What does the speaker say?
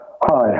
Hi